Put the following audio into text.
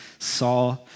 saw